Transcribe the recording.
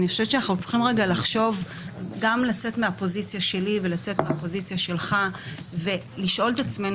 אני חושבת שאנחנו צריכים לצאת מהפוזיציה שלי ושלך ולשאול את עצמנו